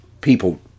people